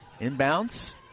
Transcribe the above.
inbounds